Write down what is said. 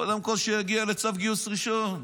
קודם כול שיגיע לצו גיוס ראשון.